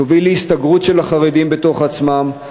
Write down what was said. תוביל להסתגרות של החרדים בתוך עצמם,